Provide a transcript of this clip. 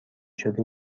شده